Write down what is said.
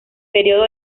periodo